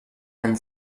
ein